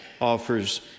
offers